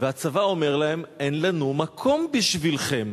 והצבא אומר להם: אין לנו מקום בשבילכם.